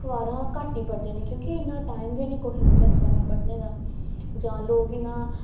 अखबारां घट्ट ई पढ़दे न क्योंकि इ'न्ना टाइम बी ऐनी कुसै कोल अखबारां पढ़ने दा जां लोग इ'न्ना